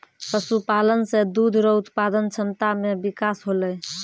पशुपालन से दुध रो उत्पादन क्षमता मे बिकास होलै